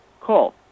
Call